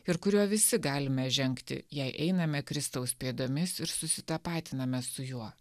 ir kuriuo visi galime žengti jei einame kristaus pėdomis ir susitapatiname su juo